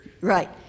Right